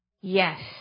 Yes